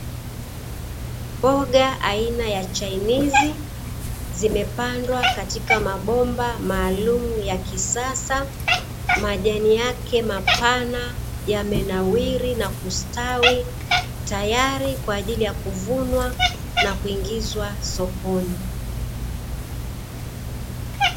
Mboga aina ya chainizi zimepandwa katika mabomba maalumu ya kisasa majani yake mapana yamenawiri na kustawi, tayari kwaajili ya kuvunwa na kuingizwa sokoni.